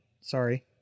Sorry